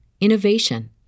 innovation